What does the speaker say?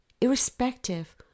irrespective